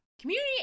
community